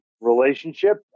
relationship